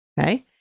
okay